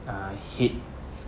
uh head